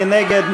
מי נגד?